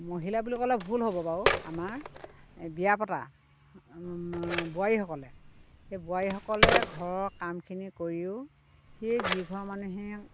মহিলা বুলি ক'লে ভুল হ'ব বাৰু আমাৰ বিয়া পতা বোৱাৰীসকলে বোৱাৰীসকলে সেই ঘৰৰ কামখিনি কৰিও সেই যিঘৰ মানুহে